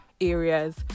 areas